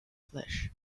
flesh